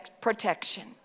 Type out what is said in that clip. protection